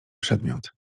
przedmiot